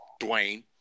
Dwayne